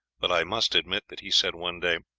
but i must admit that he said one day